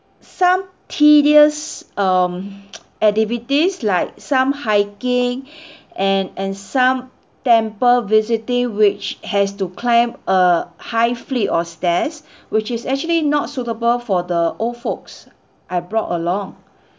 some tedious um activities like some hiking and and some temple visiting which has to climb a high flee or stairs which is actually not suitable for the old folks I brought along